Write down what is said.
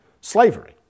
slavery